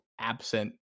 absent